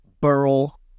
burl